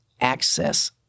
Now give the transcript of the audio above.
access